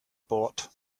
bought